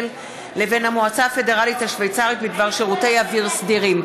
לבין המועצה הפדרלית השווייצרית בדבר שירותי אוויר סדירים.